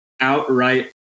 outright